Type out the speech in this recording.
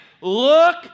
Look